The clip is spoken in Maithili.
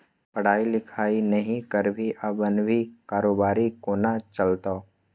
पढ़ाई लिखाई नहि करभी आ बनभी कारोबारी कोना चलतौ